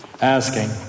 asking